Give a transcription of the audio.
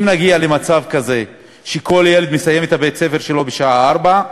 שנגיע למצב כזה שכל ילד יסיים את בית-הספר שלו בשעה 16:00,